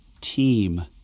team